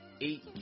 eight